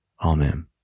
Amen